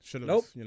Nope